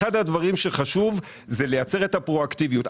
אחד הדברים שחשוב זה לייצר את הפרואקטיביות.